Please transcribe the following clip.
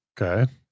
Okay